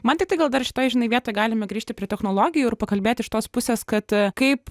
man tik tai gal dar šitoj žinai vietoj galime grįžti prie technologijų ir pakalbėti iš tos pusės kad kaip